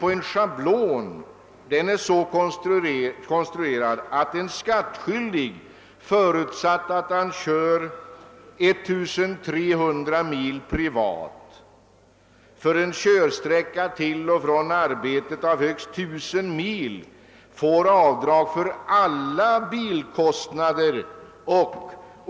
Bestämmelserna bygger på en schablon så konstruerad att en skattskyldig — förutsatt att han kör 1 300 mil privat — för en körsträcka till och från arbetet om högst 1 000 mil får göra avdrag för alla bilkostnader.